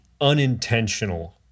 unintentional